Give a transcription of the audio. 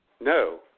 No